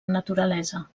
naturalesa